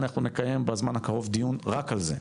אנחנו נקיים בזמן הקרוב דיון רק על זה: